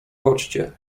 chodźcie